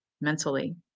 mentally